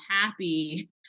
happy